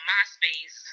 MySpace